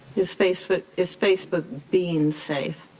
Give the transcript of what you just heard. is facebook is facebook being safe?